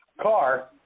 car